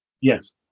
Yes